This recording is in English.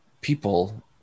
people